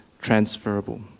transferable